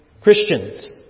Christians